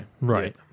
Right